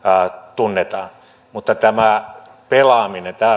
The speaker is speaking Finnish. tunnetaan mutta tämä pelaaminen